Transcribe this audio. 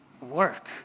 work